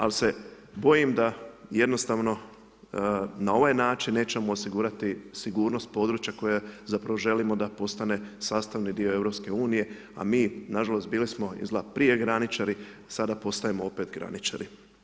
Al se bojim da jednostavno na ovaj način nećemo osigurati sigurnost područja koja zapravo želimo da postane sastavni dio EU, a mi nažalost bili smo izgleda prije graničari, sada postajemo opet graničari.